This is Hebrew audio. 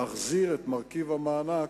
להחזיר את מרכיב המענק.